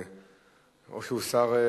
או שהוא שר,